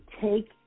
take